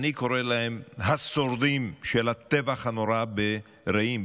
אני קורא להם השורדים של הטבח הנורא ברעים,